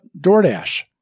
DoorDash